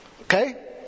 Okay